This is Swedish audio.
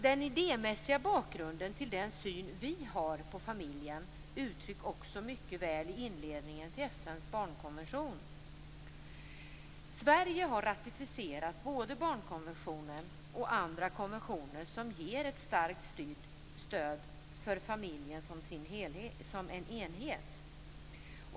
Den idémässiga bakgrunden till den syn vi har på familjen uttrycks också mycket väl i inledningen till FN:s barnkonvention. Sverige har ratificerat både barnkonventionen och andra konventioner som ger ett starkt stöd för familjen som en enhet.